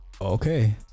Okay